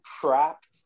trapped